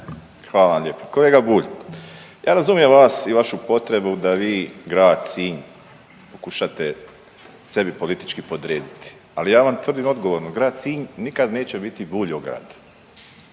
Hvala vam lijepo. Kolega Bulj ja razumijem vas i vašu potrebu da vi grad Sinj pokušate sebi politički podrediti, ali ja vam tvrdim odgovorno grad Sinj nikada neće biti buljograd,